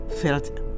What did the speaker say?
felt